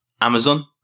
Amazon